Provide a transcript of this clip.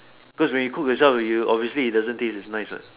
cause when you cook yourself you obviously it doesn't taste as nice what